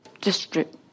district